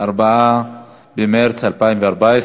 4 במרס 2014,